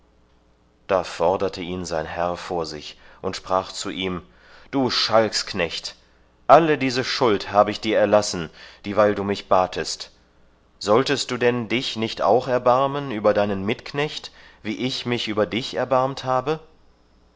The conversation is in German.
da forderte ihn sein herr vor sich und sprach zu ihm du schalksknecht alle diese schuld habe ich dir erlassen dieweil du mich batest solltest du denn dich nicht auch erbarmen über deinen mitknecht wie ich mich über dich erbarmt habe